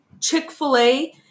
Chick-fil-A